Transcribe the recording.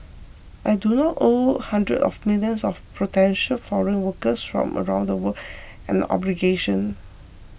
I do not owe hundreds of millions of potential foreign workers from around the world an obligation